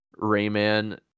Rayman